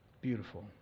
beautiful